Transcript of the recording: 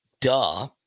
Duh